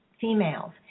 females